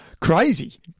Crazy